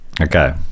Okay